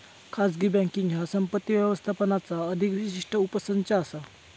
खाजगी बँकींग ह्या संपत्ती व्यवस्थापनाचा अधिक विशिष्ट उपसंच असा